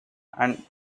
and